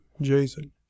Jason